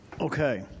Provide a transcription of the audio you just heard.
Okay